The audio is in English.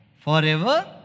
forever